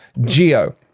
geo